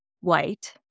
White